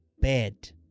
bed